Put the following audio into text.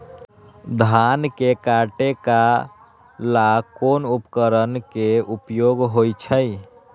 धान के काटे का ला कोंन उपकरण के उपयोग होइ छइ?